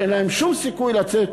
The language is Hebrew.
שאין להם שום סיכוי לצאת.